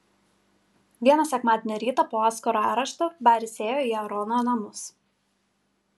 vieną sekmadienio rytą po oskaro arešto baris ėjo į aarono namus